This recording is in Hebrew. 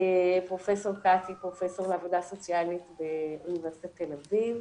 פרופ' לעבודה סוציאלית באוניברסיטת תל-אביב,